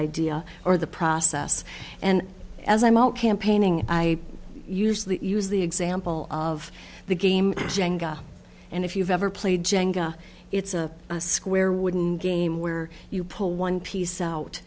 idea or the process and as i'm out campaigning i usually use the example of the game and if you've ever played jenga it's a square wooden game where you pull one piece out